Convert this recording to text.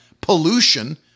pollution